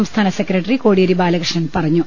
സംസ്ഥാന സെക്രട്ടറി കോടിയേരി ബാലകൃഷ്ണൻ പറഞ്ഞു